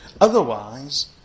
otherwise